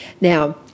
Now